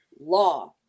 law